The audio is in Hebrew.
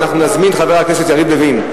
ואנחנו נזמין את חבר הכנסת יריב לוין.